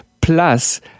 plus